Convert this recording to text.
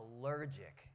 allergic